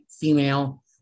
female